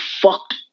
fucked